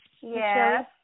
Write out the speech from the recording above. Yes